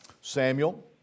Samuel